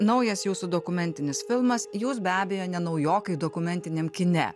naujas jūsų dokumentinis filmas jūs be abejo ne naujokai dokumentiniam kine